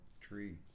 tree